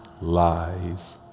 lies